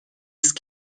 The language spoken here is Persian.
است